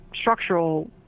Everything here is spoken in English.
structural